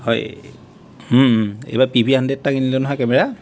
হয় এইবাৰ P V hundred এটা কিনিলোঁ নহয় কেমেৰা